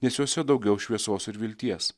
nes jose daugiau šviesos ir vilties